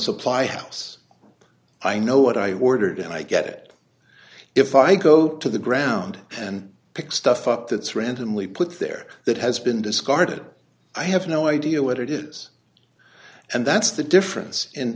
supply house i know what i ordered and i get it if i go to the ground and pick stuff up that's randomly put there that has been discarded i have no idea what it is and that's the difference in